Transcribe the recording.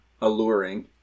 alluring